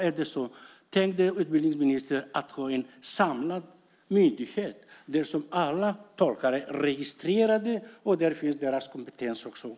Avser utbildningsministern att ha en myndighet där alla tolkar registreras och där deras kompetens framgår?